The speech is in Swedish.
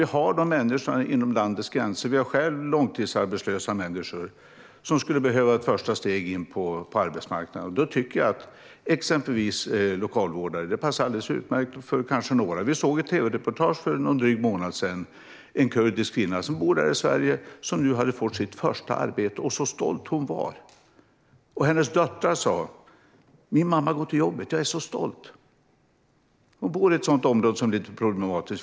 Vi har en del av dessa människor inom landets gränser; vi har själva långtidsarbetslösa som skulle behöva ett första steg in på arbetsmarknaden. Då tycker jag att exempelvis yrket lokalvårdare passar alldeles utmärkt för några. Vi såg i ett tv-reportage för någon månad sedan en kurdisk kvinna som nu hade fått sitt första arbete. Och så stolt hon var! Hennes döttrar sa: Min mamma går till jobbet. Jag är så stolt! Hon bor i ett sådant område som är lite problematiskt.